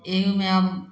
एहूमे अब